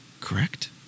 correct